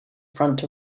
front